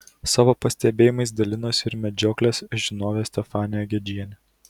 savo pastebėjimais dalinosi ir medžioklės žinovė stefanija gedžienė